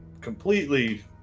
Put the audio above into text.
completely